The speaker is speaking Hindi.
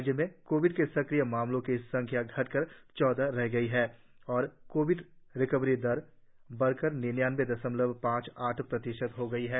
राज्य में कोविड के सक्रिय मामलों की संख्या घटकर चौदह रह गई है और कोविड रिकवरी दर बढकर निन्यानवें दशमलव पांच आठ प्रतिशत हो गई है